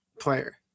player